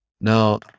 Now